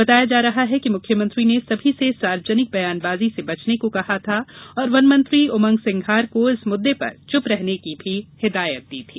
बताया जा रहा है कि मुख्यमंत्री ने सभी से सार्वजनिक बयानबाजी से बचने को कहा था और वनमंत्री उमंग सिंघार को इस मुद्दे पर चुप रहने की हिदायत भी दी थी